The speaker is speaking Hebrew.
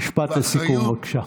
משפט לסיכום, בבקשה.